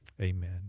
amen